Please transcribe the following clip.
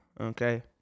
okay